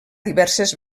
diverses